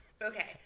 Okay